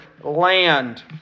land